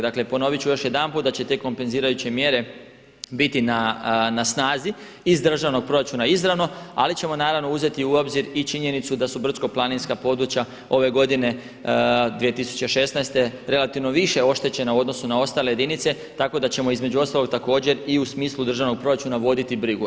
Dakle ponovit ću još jedanput da će te kompenzirajuće mjere biti na snazi iz državnog proračuna izravno, ali ćemo uzeti u obzir i činjenicu da su brdsko-planinska područja ove godine 2016. relativno više oštećena u odnosu na ostale jedinice, tako da ćemo između ostalog također i u smislu državnog proračuna voditi brigu.